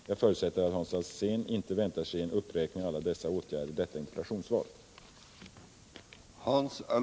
Jag förutsätter att Hans Alsén inte väntar sig en uppräkning av alla dessa åtgärder i detta interpellationssvar.